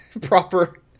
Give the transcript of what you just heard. proper